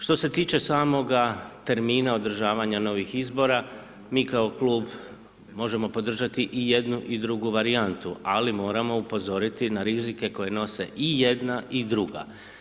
Što se tiče samoga termina održavanja novih izbora, mi kao klub možemo podržati i jednu i drugu varijantu, ali moramo upozoriti na rizike koje nose i jedna i druga.